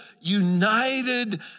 united